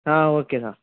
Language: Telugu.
ఆ ఓకే సార్